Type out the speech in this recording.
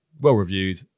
well-reviewed